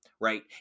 right